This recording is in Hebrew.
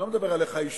אני לא מדבר עליך אישית,